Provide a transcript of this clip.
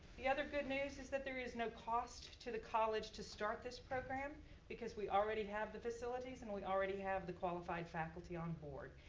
the other good news is that there is no cost to the college to start this program because we already have the facilities and we already have the qualified faculty on board.